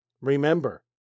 Remember